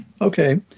Okay